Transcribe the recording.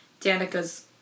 Danica's